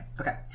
okay